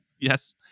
yes